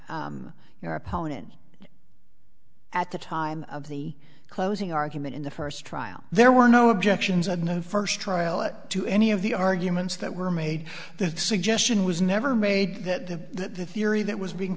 by your opponent at the time of the closing argument in the first trial there were no objections and no first trial it to any of the arguments that were made the suggestion was never made that the theory that was being